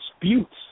disputes